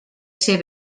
ser